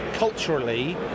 Culturally